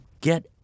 get